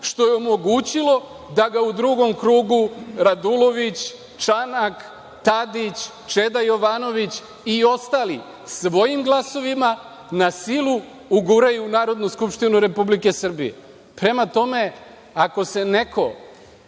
što je omogućilo da ga u drugom krugu Radulović, Čanak, Tadić, Čeda Jovanović i ostali svojim glasovima na silu uguraju u NSRS.Prema tome, ako se neko